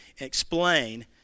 explain